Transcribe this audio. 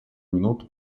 минуту